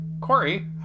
Corey